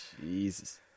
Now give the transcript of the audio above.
Jesus